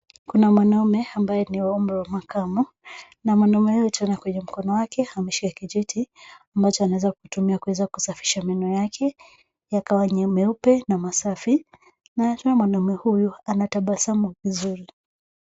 Kuna mwanamme ambaye ni wa umri wa makamu na mwanamme huyu tena kwenye mkono wake ameshika kijiti ambacho anaweza kutumia kuweza kusafisha meno yake yakawa meupe na masafi na tena mwanamme huyu anatabasamu vizuri.